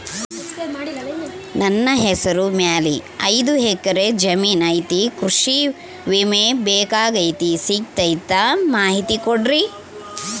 ನನ್ನ ಹೆಸರ ಮ್ಯಾಲೆ ಐದು ಎಕರೆ ಜಮೇನು ಐತಿ ಕೃಷಿ ವಿಮೆ ಬೇಕಾಗೈತಿ ಸಿಗ್ತೈತಾ ಮಾಹಿತಿ ಕೊಡ್ರಿ?